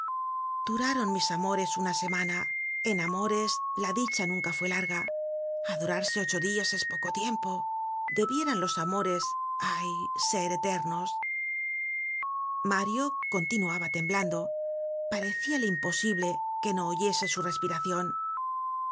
duraron mis amores una semana en amores la dicha nunca fue larga adorarse ocho dias es poco tiempo debieran los amores ay ser eternos mario continuaba temblando pareciale imposible que no oyese su respiracion